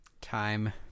Time